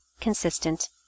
consistent